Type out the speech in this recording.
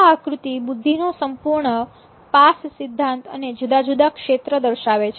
આ આકૃતિ બુદ્ધિનો સંપૂર્ણ પાસ સિદ્ધાંત અને જુદા જુદા ક્ષેત્ર દર્શાવે છે